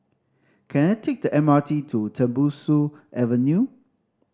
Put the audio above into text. can I take the M R T to Tembusu Avenue